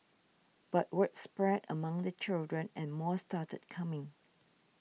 but word spread among the children and more started coming